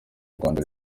rwanda